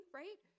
right